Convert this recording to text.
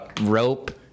rope